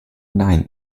nein